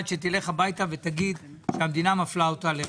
שתלך הביתה ותגיד שהמדינה מפלה אותה לרעה.